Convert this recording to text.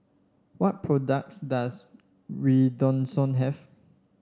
what products does Redoxon have